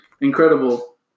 incredible